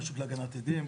רשות להגנת עדים,